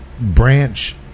branch